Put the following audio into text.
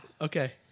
Okay